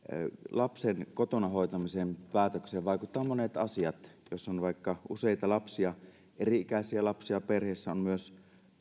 lapsen kotona hoitamisesta vaikuttavat monet asiat jos on vaikka useita eri ikäisiä lapsia perheessä on myös